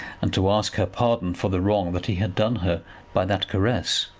and to ask her pardon for the wrong that he had done her by that caress.